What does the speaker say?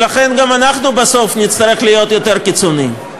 לכן גם אנחנו בסוף נצטרך להיות יותר קיצוניים.